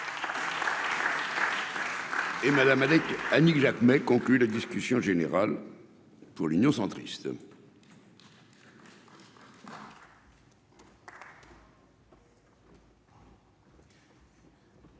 Et Madame avec : Annick Jacquemet, conclut la discussion générale, pour l'Union centriste.